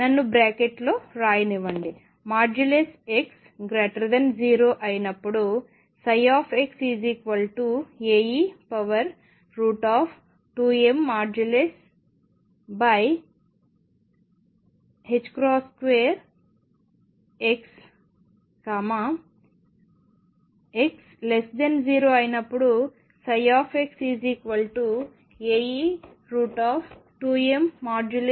నన్ను బ్రాకెట్లో వ్రాయనివ్వండి x0 అయినప్పుడు x Ae 2mE2x x0 అయినప్పుడు x Ae2mE2x